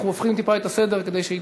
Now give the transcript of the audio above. אנחנו הופכים מעט את הסדר כדי שהיא